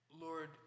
Lord